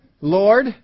Lord